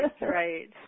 right